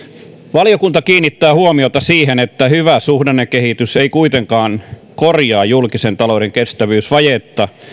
valiokunta kiinnittää huomiota siihen että hyvä suhdannekehitys ei kuitenkaan korjaa julkisen talouden kestävyysvajetta